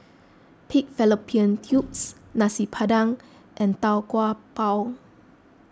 Pig Fallopian Tubes Nasi Padang and Tau Kwa Pau